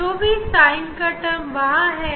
जो भी sin शब्द वहां था